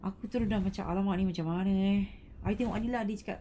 aku ter~ macam !alamak! ini macam mana eh I tengok adilah dia cakap